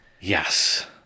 Yes